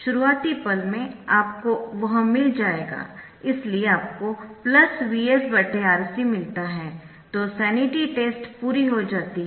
शुरुआती पल में आपको वह मिल जाएगा इसलिए आपको Vs R c मिलता है तो सैनिटी टेस्ट पूरी हो जाती है